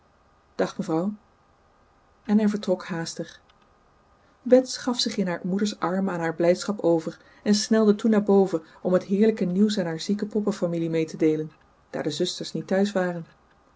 dag mevrouw en hij vertrok haastig bets gaf zich in haar moeders armen aan haar blijdschap over en snelde toen naar boven om het heerlijke nieuws aan haar zieke poppenfamilie mee te deelen daar de zusters niet thuis waren